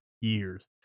years